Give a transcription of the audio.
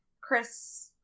Chris